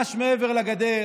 ממש לעבר לגדר.